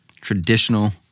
Traditional